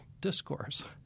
discourse